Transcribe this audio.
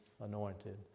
anointed